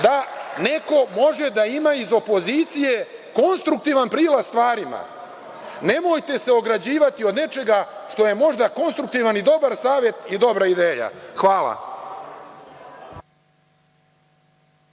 da neko može da ima iz opozicije konstruktivan prilaz stvarima. Nemojte se ograđivati od nečega što je možda konstruktivan i dobar savet i dobra ideja. Hvala.